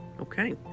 Okay